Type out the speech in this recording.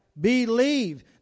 Believe